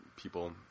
People